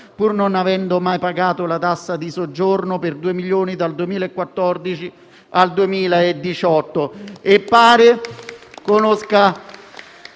pur non avendo mai pagato la tassa di soggiorno, per due milioni di euro, dal 2014